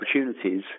opportunities